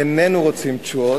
איננו רוצים תשואות,